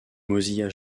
mozilla